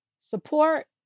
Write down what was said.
support